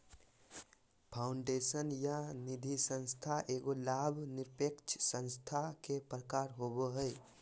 foundation या निधिसंस्था एगो लाभ निरपेक्ष संस्था के प्रकार होवो हय